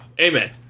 Amen